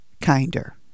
kinder